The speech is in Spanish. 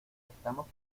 estamos